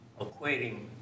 equating